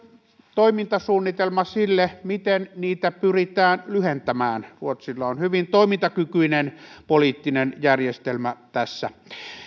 toimintasuunnitelma sille miten niitä pyritään lyhentämään ruotsilla on hyvin toimintakykyinen poliittinen järjestelmä tässä